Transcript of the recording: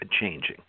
changing